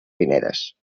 pinedes